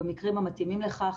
במקרים המתאימים לכך.